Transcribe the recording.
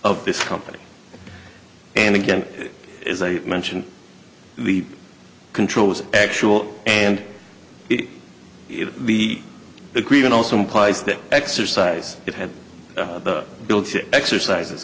of this company and again as i mentioned the control was actual and the agreement also implies that exercise it had the bill to exercise